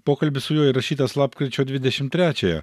pokalbis su juo įrašytas lapkričio dvidešimt trečiąją